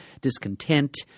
discontent